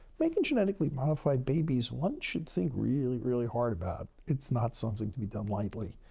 making genetically modified babies, one should think really, really hard about. it's not something to be done lightly,